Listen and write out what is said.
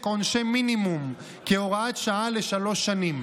עונשי מינימום כהוראת שעה לשלוש שנים.